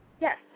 Yes